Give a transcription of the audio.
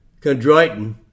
chondroitin